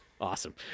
Awesome